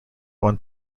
one